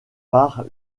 par